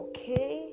Okay